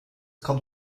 kommt